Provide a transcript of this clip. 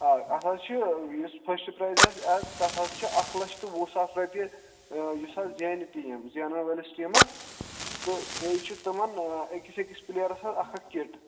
آ اَتھ حظ چھُ یُس فٔسٹ پرٛایز حظ آز تَتھ حظ چھُ اکھ لَچھ تہٕ وُہ ساس رۄپیہِ یُس حظ زینہِ ٹیٖم زینَن وٲلِس ٹیٖمَس تہٕ بیٚیہِ چھِ تِمَن أکِس أکِس پٕلیرَس حظ اَکھ کِٹ